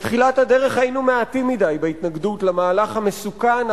בתחילת הדרך היינו מעטים מדי בהתנגדות למהלך המסוכן,